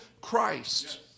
Christ